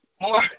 more